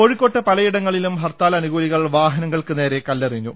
കോഴിക്കോട്ട് പലയിടങ്ങളിലും ഹർത്താൽ അനുകൂലികൾ വാഹന ങ്ങൾക്ക് നേരെ കല്ലെറിഞ്ഞു